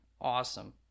awesome